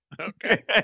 Okay